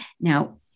Now